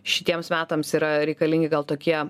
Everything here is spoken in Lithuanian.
šitiems metams yra reikalingi gal tokie